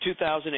2008